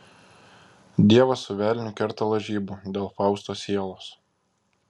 dievas su velniu kerta lažybų dėl fausto sielos